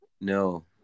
No